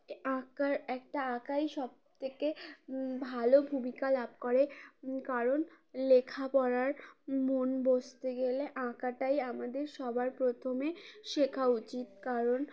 আঁকার একটা আঁকাই সবথেকে ভালো ভূমিকা লাভ করে কারণ লেখাপড়ার মন বসতে গেলে আঁকাটাই আমাদের সবার প্রথমে শেখা উচিত কারণ